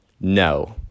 no